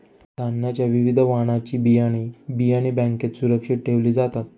धान्याच्या विविध वाणाची बियाणे, बियाणे बँकेत सुरक्षित ठेवले जातात